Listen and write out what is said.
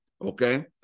Okay